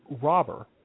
robber